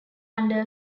under